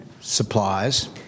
supplies